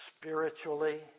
spiritually